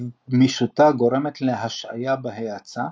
גמישותה גורמת להשהייה בהאצה,